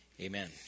Amen